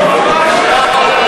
לא, ממש לא,